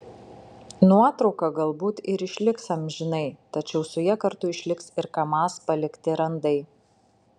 nuotrauka galbūt ir išliks amžinai tačiau su ja kartu išliks ir kamaz palikti randai